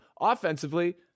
offensively